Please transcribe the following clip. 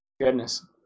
Goodness